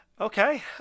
Okay